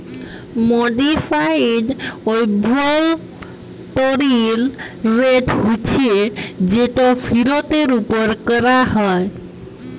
modified অভ্যলতরিল rate হছে যেট ফিরতের উপর ক্যরা হ্যয়